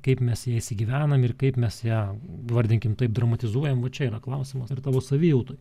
kaip mes ją įsigyvenam ir kaip mes jam vardinkim taip dramatizuojam va čia yra klausimas ir tavo savijautai